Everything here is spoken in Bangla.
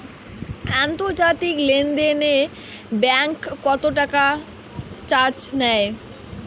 আন্তর্জাতিক লেনদেনে ব্যাংক কত টাকা চার্জ নেয়?